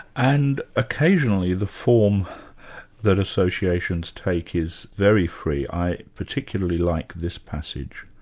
and occasionally the form that associations take is very free. i particularly like this passage.